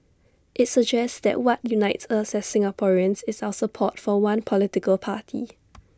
IT suggests that what unites us as Singaporeans is our support for one political party